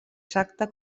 exacta